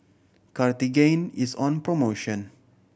Cartigain is on promotion